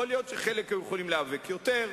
יכול להיות שחלק היו יכולים להיאבק יותר,